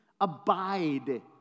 abide